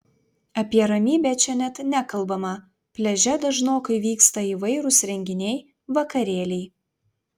apie ramybę čia net nekalbama pliaže dažnokai vyksta įvairūs renginiai vakarėliai